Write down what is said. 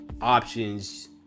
options